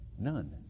None